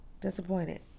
Disappointed